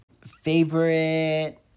Favorite